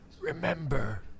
remember